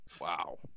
Wow